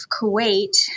Kuwait